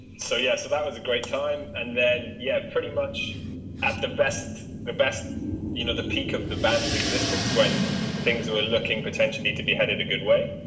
so yeah, so that was a great time and then yeah pretty much at the best the best you know the peak of the bands existence when thing so looking potentially to beheaded a good way